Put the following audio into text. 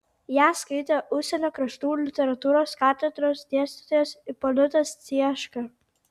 ją skaitė užsienio kraštų literatūros katedros dėstytojas ipolitas cieška